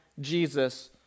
Jesus